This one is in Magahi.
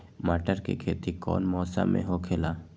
मटर के खेती कौन मौसम में होखेला?